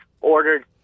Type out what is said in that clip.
ordered